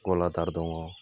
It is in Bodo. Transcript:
गलादार दङ